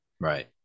right